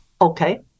Okay